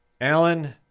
Alan